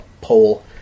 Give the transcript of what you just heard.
poll